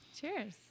Cheers